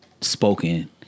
spoken